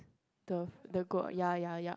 the the girl ya ya ya